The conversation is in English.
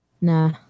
Nah